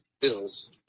Bills